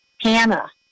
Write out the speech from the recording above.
Hannah